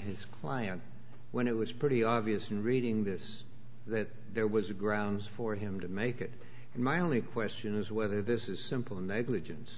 his client when it was pretty obvious reading this that there was a grounds for him to make it and my only question is whether this is simple negligence